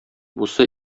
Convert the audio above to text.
бусы